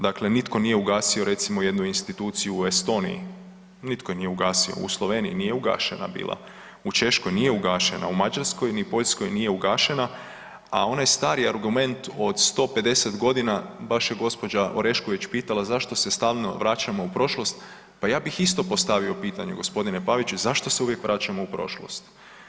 Dakle, nitko nije ugasio recimo jednu instituciju u Estoniji, nitko je nije ugasio, u Sloveniji nije ugašena bila, u Češkoj nije ugašena, u Mađarskoj ni Poljskoj nije ugašena, a onaj stari argument od 150 godina baš je gospođa Orešković pitala zašto se stalno vraćamo u prošlost, pa ja bih isto postavio pitanje gospodine Pavić, zašto se uvijek vraćamo u prošlost.